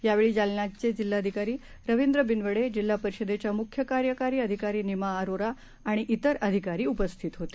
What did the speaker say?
यावेळीजालन्याचेजिल्हाधिकारीरवींद्रबिनवडे जिल्हापरिषदेच्यामुख्यकार्यकारीअधिकारीनिमाअरोराआणि त्रिरअधिकारीउपस्थितहोते